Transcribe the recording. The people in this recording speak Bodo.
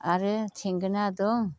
आरो थेंगोना दं